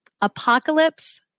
Apocalypse